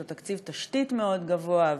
יש לו תקציב תשתיות מאוד גבוה,